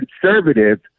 conservative